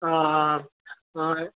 ஆ ஆ ஆ